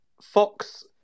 Fox